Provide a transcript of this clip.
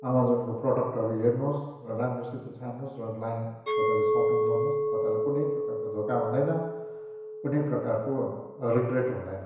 अमाजोनको प्रडक्टहरू हेर्नोस् र राम्रोसित छान्नोस् र अनलाइन तपाईँले सपिङ गर्नुहोस् तपाईँलाई कुनै प्रकारको धोका हुँदैन कुनै प्रकारको रिग्रेट हुँदैन